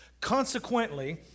Consequently